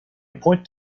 pointed